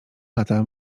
lata